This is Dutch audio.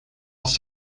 als